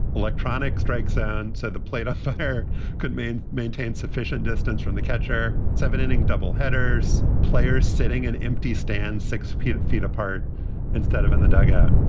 electronic strikes. and so the player but could mean maintain sufficient distance from the catcher. seven inning double headers. players sitting in empty stands six feet feet apart instead of in the dugout.